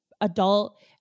adult